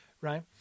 right